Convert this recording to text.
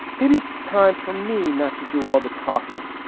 maybe it's time for me not to do all the talking.